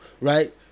right